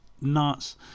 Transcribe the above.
nuts